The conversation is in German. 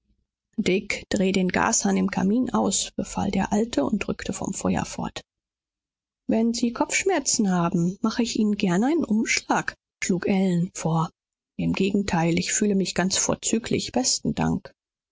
dick dreh den gashahn im kamin aus befahl der alte und rückte vom feuer fort wenn sie kopfschmerzen haben mache ich ihnen gern einen umschlag schlug ellen vor im gegenteil ich fühle mich ganz vorzüglich besten dank